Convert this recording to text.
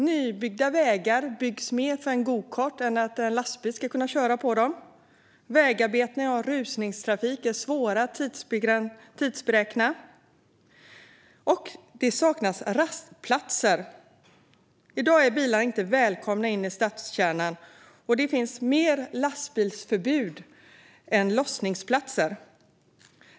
Nya vägar byggs för att en gokart snarare än en lastbil ska kunna köra på dem. Vägarbeten och rusningstrafik är svåra att tidsberäkna, och det saknas rastplatser. I dag är bilar inte välkomna in i stadskärnan, och det finns fler lastbilsförbud än lossningsplatser.